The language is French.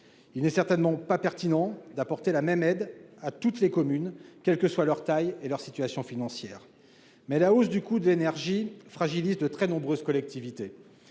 Il n'est certainement pas pertinent d'apporter la même aide à toutes les communes, quelles que soient leur taille et leur situation financière, mais la hausse du coût de l'énergie fragilise de très nombreuses collectivités.